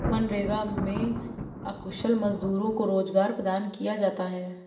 मनरेगा में अकुशल मजदूरों को रोजगार प्रदान किया जाता है